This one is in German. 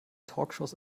talkshows